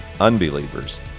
unbelievers